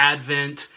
Advent